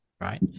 right